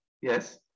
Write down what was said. Yes